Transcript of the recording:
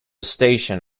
station